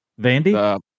Vandy